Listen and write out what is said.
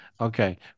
Okay